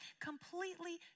completely